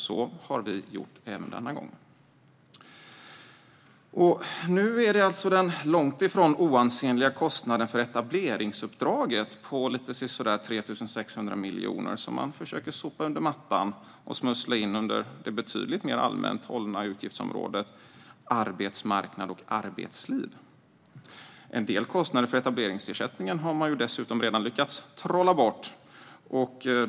Så har vi gjort även denna gång. Nu är det den långt ifrån oansenliga kostnaden för etableringsuppdraget, på sisådär 3 600 miljoner, som man försöker sopa under mattan och smussla in under det betydligt mer allmänt hållna utgiftsområdet Arbetsmarknad och arbetsliv. En del kostnader för etableringsersättningen har man dessutom redan lyckats trolla bort.